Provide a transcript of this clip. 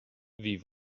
wie